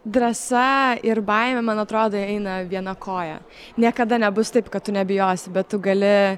drąsa ir baimė man atrodo eina viena koja niekada nebus taip kad tu nebijosi bet tu gali